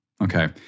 okay